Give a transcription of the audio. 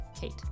Kate